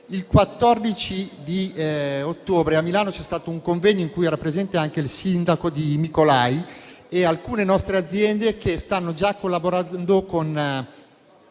Il 14 ottobre a Milano si è svolto un convegno in cui erano presenti anche il sindaco di Mykolaiv e alcune nostre aziende che stanno già collaborando in